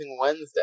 Wednesday